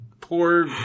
poor